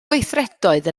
gweithredoedd